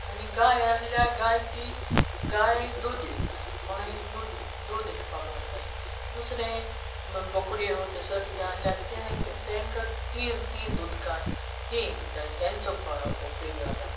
आनी गाय आहल्यार गाय ती गाय दूद दिता कोणूय दूद इंकपा भोंवताय दुसरें बोकड्यो तेसो कितें आहल्यार तें तेंक तीं तीं दूद काण तीं इंकताय तेंच तेंच उपेग जाता